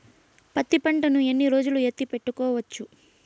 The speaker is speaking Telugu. పత్తి పంటను ఎన్ని రోజులు ఎత్తి పెట్టుకోవచ్చు?